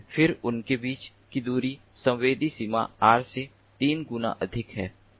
फिर उनके बीच की दूरी संवेदी सीमा Rs से तीन गुना अधिक है